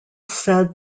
said